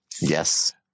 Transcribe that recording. Yes